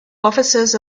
officers